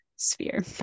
sphere